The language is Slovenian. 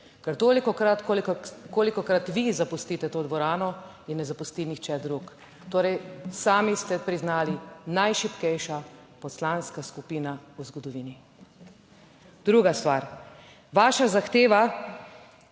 ker tolikokrat kolikokrat vi zapustite to dvorano, je ne zapusti nihče drug. Torej sami ste priznali, najšibkejša poslanska skupina v zgodovini. Druga stvar, vaša zahteva